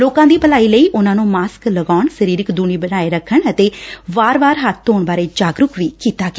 ਲੋਕਾਂ ਦੀ ਭਲਾਈ ਲਈ ਉਨ੍ਹਾਂ ਨੂੰ ਮਾਸਕ ਲਗਾਉਣ ਸਰੀਰਕ ਦੂਰੀ ਰੱਖਣ ਅਤੇ ਵਾਰ ਵਾਰ ਹੱਬ ਧੋਣ ਬਾਰੇ ਜਾਗਰੁਕ ਕੀਤਾ ਗਿਆ